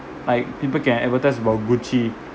like people can advertise about gucci